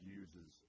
uses